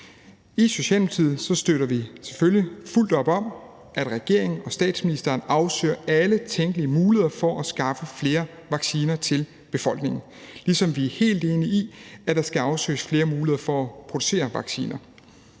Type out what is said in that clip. vi selvfølgelig fuldt op om, at regeringen og statsministeren afsøger alle tænkelige muligheder for at skaffe flere vacciner til befolkningen, ligesom vi er helt enige i, at der skal afsøges flere muligheder for at producere vacciner.